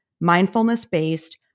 mindfulness-based